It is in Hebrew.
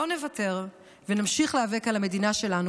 לא נוותר ונמשיך להיאבק על המדינה שלנו